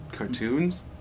cartoons